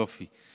יופי.